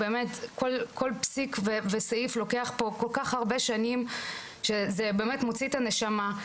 כל פסיק וסעיף לוקח פה כל כך הרבה שנים שזה מוציא את הנשמה.